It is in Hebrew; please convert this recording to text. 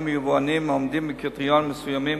ויבואנים העומדים בקריטריונים מסוימים,